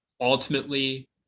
Ultimately